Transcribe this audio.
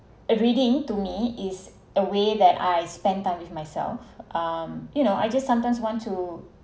a reading to me is a way that I spend time with myself um you know I just sometimes want to